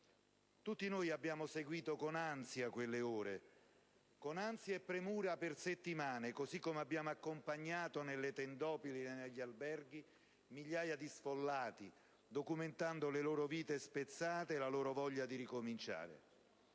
Tutti noi abbiamo seguito con ansia e premura quelle ore e le settimane successive, così come abbiamo accompagnato nelle tendopoli e negli alberghi migliaia di sfollati, documentando le loro vite spezzate e la loro voglia di ricominciare.